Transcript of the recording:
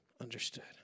understood